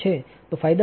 તો ફાયદા શું છે